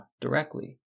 directly